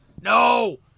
No